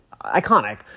Iconic